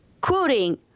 Quoting